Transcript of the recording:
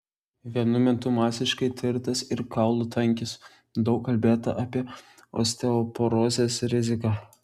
vienu metu masiškai tirtas ir kaulų tankis daug kalbėta apie osteoporozės riziką